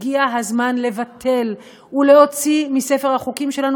הגיע הזמן לבטל ולהוציא מספר החוקים שלנו,